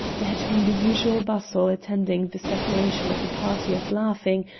there had been the usual bustle attending the separation of a party of laughing,